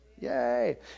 Yay